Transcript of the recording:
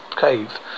Cave